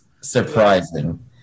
surprising